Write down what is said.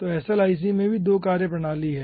तो SLIC में भी 2 कार्यप्रणाली हैं